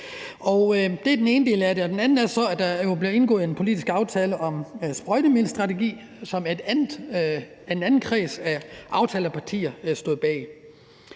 Det er den ene del af det. Den anden er så, at der jo er blevet indgået en politisk aftale om en sprøjtemiddelstrategi, som en anden kreds af aftalepartier står bag.